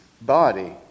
body